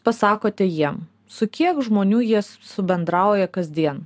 pasakote jiem su kiek žmonių jie su bendrauja kasdien